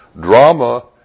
Drama